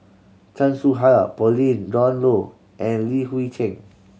Chan Soh Ha Pauline Dawn Loh and Li Hui Cheng